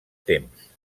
temps